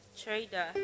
Trader